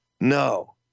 no